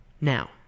Now